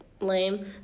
lame